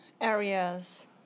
areas